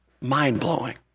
Mind-blowing